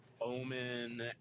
Omen